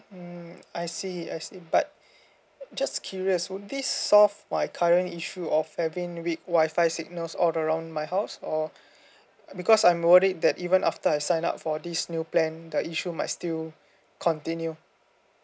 mm I see I see but just curious would this solve my current issue of having weak wifi signals all around my house or because I'm worried that even after I sign up for this new plan the issue might still continue